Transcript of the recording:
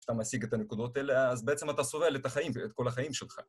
כשאתה משיג את הנקודות האלה, אז בעצם אתה סולל את החיים, את כל החיים שלך.